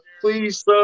Please